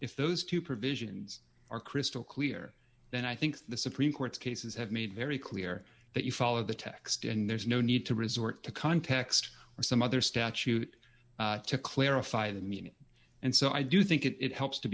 if those two provisions are crystal clear then i think the supreme court's cases have made very clear that you follow the text and there's no need to resort to context or some other statute to clarify the meaning and so i do think it helps to